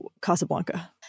Casablanca